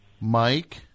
Mike